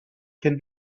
can